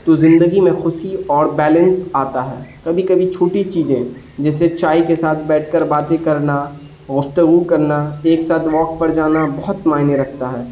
تو زندگی میں خوشی اور بیلنس آتا ہے کبھی کبھی چھوٹی چیزیں جیسے چائے کے ساتھ بیٹھ کر باتیں کرنا گفتگو کرنا ایک ساتھ واک پر جانا بہت معنی رکھتا ہے